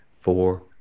four